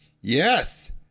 Yes